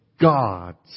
gods